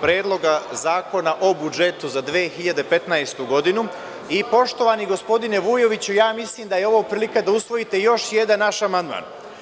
Predloga zakona o budžetu za 2015. godinu i, poštovani gospodine Vujoviću, ja mislim da je ovo prilika da usvojite još jedan naš amandman.